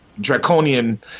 draconian